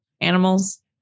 animals